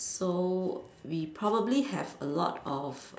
so we probably have a lot of